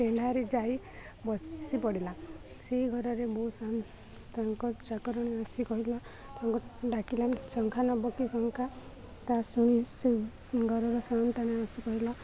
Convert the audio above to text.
ଟେ଼ାରେ ଯାଇ ବସି ପଡ଼ିଲା ସେଇ ଘରରେ ମଁ ତାଙ୍କ ଚାକରଣ ଆସି କହିଲ ତାଙ୍କୁ ଡାକିଲାାନ ଶଙ୍ଖା ନବକି ଶଙ୍ଖା ତା ଶୁଣି ସେ ଘରର ଶ ତାାନେ ଆସି କହିଲ